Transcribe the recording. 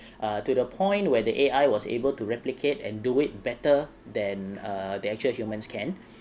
err to the point where the A_I was able to replicate and do it better than err the actual humans can